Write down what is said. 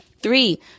Three